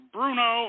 Bruno